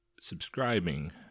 subscribing